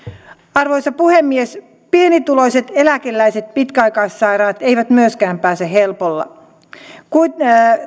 arvoisa puhemies pienituloiset eläkeläiset ja pitkäaikaissairaat eivät myöskään pääse helpolla kun